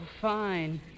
fine